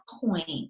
point